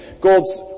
God's